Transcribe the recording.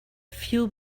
few